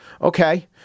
okay